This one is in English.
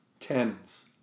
tannins